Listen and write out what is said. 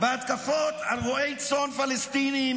בהתקפות על רועי צאן פלסטינים,